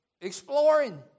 exploring